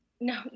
no